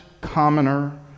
commoner